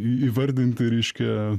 įvardinti reiškia